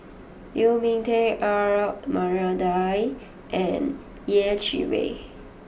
Lu Ming Teh Earl Maria Dyer and Yeh Chi Wei